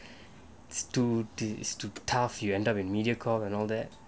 studio is too tough you end up in Mediacorp and all that